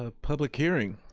ah public hearing.